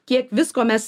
kiek visko mes